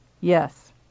Yes